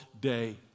day